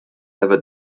ever